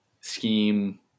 scheme